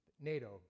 NATO